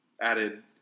added